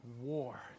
war